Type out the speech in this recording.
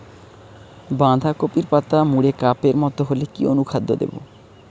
বাঁধাকপির পাতা মুড়ে কাপের মতো হলে কি অনুখাদ্য দেবো?